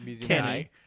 Kenny